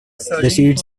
seeds